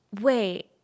Wait